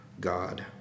God